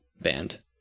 band